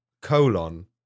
colon